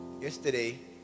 Yesterday